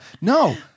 No